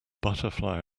butterfly